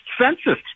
census